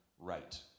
Right